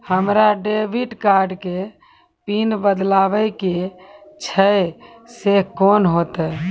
हमरा debit card के pin बदलबावै के छैं से कौन होतै?